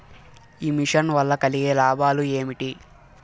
ఈ మిషన్ వల్ల కలిగే లాభాలు ఏమిటి?